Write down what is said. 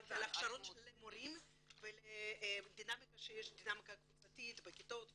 דיברתי על הכשרות של מורים ודינמיקה קבוצתית בכיתות וכדומה.